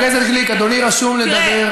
חבר הכנסת גליק, אדוני רשום לדבר בהמשך.